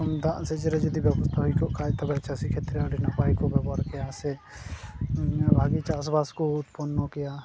ᱫᱟᱜ ᱥᱮᱡᱽ ᱨᱮ ᱡᱩᱫᱤ ᱵᱮᱵᱚᱥᱛᱷᱟ ᱦᱩᱭ ᱠᱚᱜ ᱠᱷᱟᱡ ᱛᱚᱵᱮ ᱪᱟᱹᱥᱤ ᱠᱷᱮᱛᱨᱮ ᱟᱹᱰᱤ ᱱᱟᱯᱟᱭ ᱠᱚ ᱵᱮᱵᱚᱦᱟᱨ ᱠᱮᱭᱟ ᱥᱮ ᱵᱷᱟᱜᱤ ᱪᱟᱥ ᱵᱟᱥ ᱠᱚ ᱩᱛᱯᱚᱱᱱᱚ ᱠᱮᱭᱟ